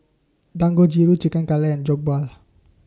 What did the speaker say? Dangojiru Chicken Cutlet and Jokbal